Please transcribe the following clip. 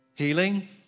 Healing